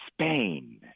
Spain